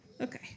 Okay